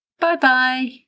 Bye-bye